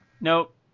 Nope